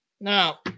Now